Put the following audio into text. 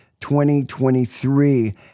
2023